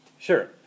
Sure